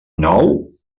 nou